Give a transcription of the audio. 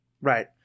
Right